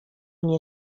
nie